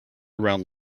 around